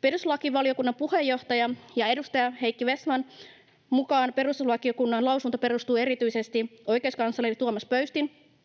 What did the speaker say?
Perustuslakivaliokunnan puheenjohtaja ja edustaja Heikki Vestmanin mukaan perustuslakivaliokunnan lausunto perustuu erityisesti oikeuskansleri Tuomas Pöystin,